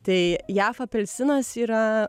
tai jav apelsinas yra